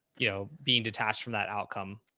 you know, being detached from that outcome,